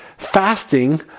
fasting